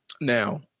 now